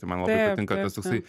man labai patinka tas toksai